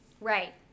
Right